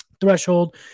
threshold